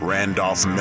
Randolph